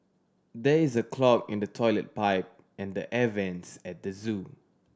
there is a clog in the toilet pipe and the air vents at the zoo